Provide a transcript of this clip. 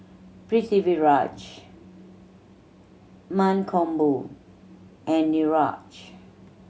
Pritiviraj Mankombu and Niraj